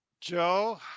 Joe